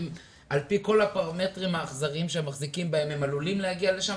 על פי כל הפרמטרים האכזריים שהם מחזיקים בהם הם עלולים להגיע לשם,